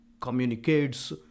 communicates